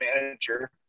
manager